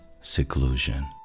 seclusion